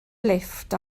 lifft